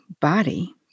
body